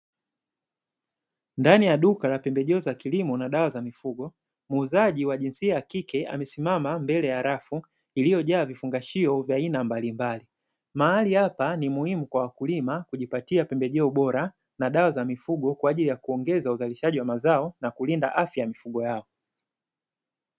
Ndani ya duka la pembejeo za kilimo na dawa za mifugo, muuzaji wa jinsia ya kike amesimama mbele ya rafu iliyojaa vifungashio vya aina mbalimbali, mahali hapa ni muhimu kwa wakulima kujipatia pembejeo bora na dawa za mifugo kwa ajili ya kuongeza uzalishaji wa mazao na kulinda afya ya mifugo yao.